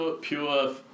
pure